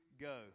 go